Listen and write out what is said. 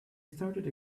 started